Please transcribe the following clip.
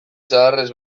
zaharrez